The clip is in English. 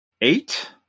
eight